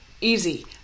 Easy